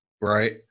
Right